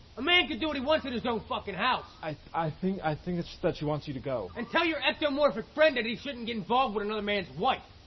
a man can do what he wants in his own fucking house. i think, i think that she that she wants you to go. and tell your ectomorphic friend that he shouldn't get involved with another man's wife.